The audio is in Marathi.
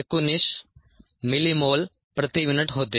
19 मिलीमोल प्रति मिनिट होते